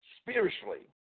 spiritually